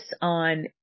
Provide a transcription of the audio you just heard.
on